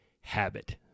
habit